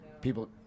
People